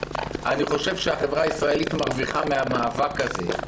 אני חושב שהחברה הישראלית מרוויחה מן המאבק הזה.